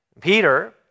Peter